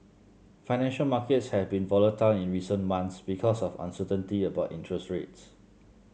financial markets have been volatile in recent months because of uncertainty about interest rates